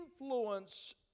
influence